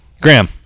Graham